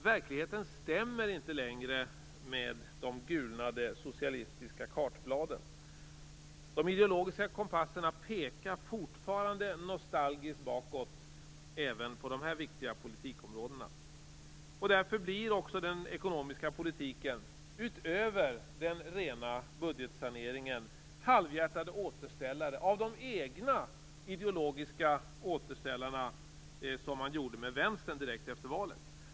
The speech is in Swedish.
Verkligheten stämmer inte längre med de gulnade socialistiska kartbladen. De ideologiska kompasserna pekar fortfarande nostalgiskt bakåt även på dessa viktiga politikområden. Därför blir också den ekonomiska politiken, utöver den rena budgetsaneringen, halvhjärtade återställare av de egna ideologiska återställare som man gjorde med vänstern direkt efter valet.